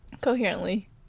Coherently